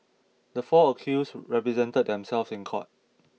the four accused represented themselves in court